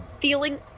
Feeling